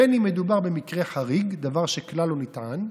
בין אם מדובר במקרה חריג, דבר שכלל לא נטען,